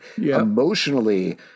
emotionally